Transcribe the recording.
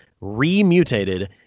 re-mutated